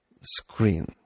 screen